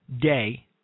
day